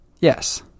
Yes